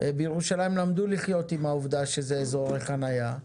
בירושלים למדו לחיות עם העובדה שזה אזורי חניה,